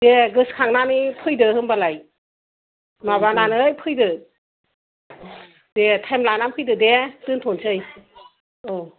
दे गोसोखांनानै फैदो होनबालाय माबानानै फैदो दे टाइम लानानै फैदो दे दोनथ'सै औ